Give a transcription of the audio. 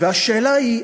והשאלה היא,